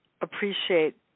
appreciate